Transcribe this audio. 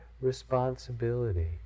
responsibility